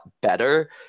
better